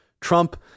Trump